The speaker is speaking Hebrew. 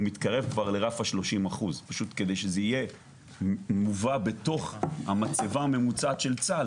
מתקרב כבר לרף ה-30% פשוט כדי שזה יהיה מובא בתוך המצבה הממוצעת של צה"ל,